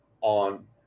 on